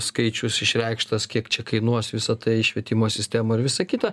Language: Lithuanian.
skaičius išreikštas kiek čia kainuos visa tai švietimo sistema ir visa kita